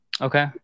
Okay